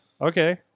Okay